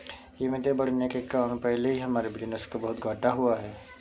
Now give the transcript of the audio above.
कीमतें बढ़ने के कारण पहले ही हमारे बिज़नेस को बहुत घाटा हुआ है